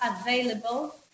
available